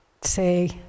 say